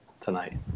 tonight